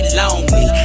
lonely